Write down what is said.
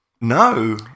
No